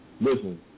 listen